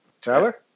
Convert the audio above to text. Tyler